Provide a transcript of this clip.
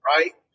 Right